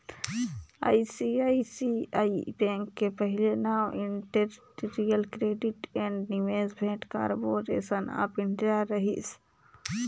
ICICI bank के पहिले नांव industrial credit and investment corporation of India रहिस